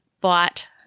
bought